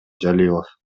жалилов